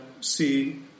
see